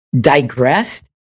digressed